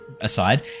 Aside